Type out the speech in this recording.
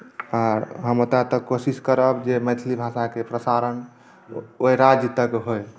आर हम एतय तक कोशिश करब जे मैथिली भाषाके प्रसारण ओहि राज्य तक होइ